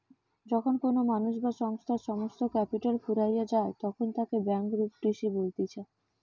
যখন কোনো মানুষ বা সংস্থার সমস্ত ক্যাপিটাল ফুরাইয়া যায়তখন তাকে ব্যাংকরূপটিসি বলতিছে